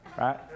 right